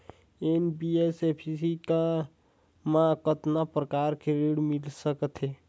NBFC मा कतना प्रकार कर ऋण मिल सकथे?